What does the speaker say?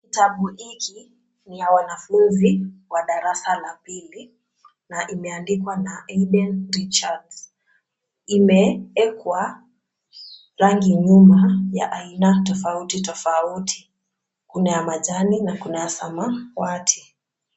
Kitabu hiki ni cha wanafunzi wa darasa la pili na imeandikwa na Hayden Richards. Imeekwa rangi nyuma ya aina tofauti tofauti. Kuna ya majani na kuna ya samawati.